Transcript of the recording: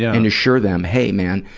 and assure them, hey man,